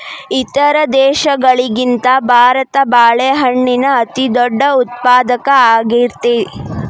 ಇತರ ದೇಶಗಳಿಗಿಂತ ಭಾರತ ಬಾಳೆಹಣ್ಣಿನ ಅತಿದೊಡ್ಡ ಉತ್ಪಾದಕ ಆಗೈತ್ರಿ